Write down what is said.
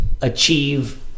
achieve